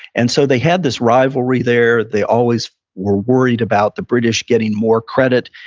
and so they had this rivalry there. they always were worried about the british getting more credit,